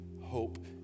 hope